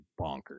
bonkers